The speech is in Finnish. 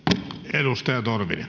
arvoisa